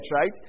right